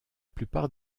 plupart